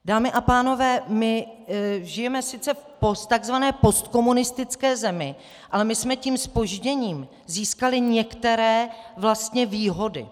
Dámy a pánové, my žijeme sice v tzv. postkomunistické zemi, ale my jsme tím zpožděním získali některé vlastně výhody.